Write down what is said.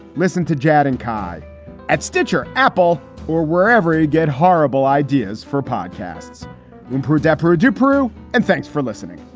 listen to jad and kai at stitcher, apple or wherever you get horrible ideas for podcasts in peru, desperate to peru. and thanks for listening